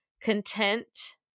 content